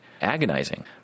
agonizing